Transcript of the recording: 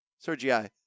Sergei